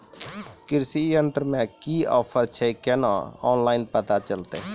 कृषि यंत्र मे की ऑफर छै केना ऑनलाइन पता चलतै?